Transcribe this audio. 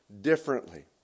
differently